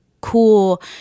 cool